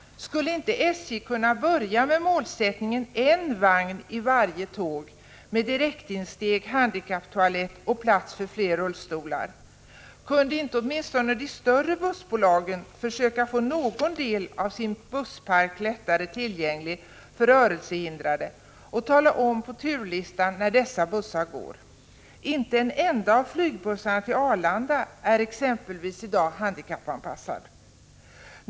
Skulle inte SJ kunna börja med målet en vagn i varje tåg med direktinsteg, handikapptoalett och plats för fler rullstolar? Kunde inte åtminstone de större bussbolagen försöka göra några av bussarna lättare tillgängliga för rörelsehindrade och tala om på turlistan när dessa bussar går? Inte en enda av exempelvis flygbussarna till Arlanda är i dag handikappanpassad.